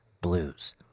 Blues